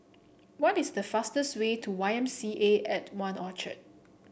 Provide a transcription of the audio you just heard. what is the fastest way to Y M C A At One Orchard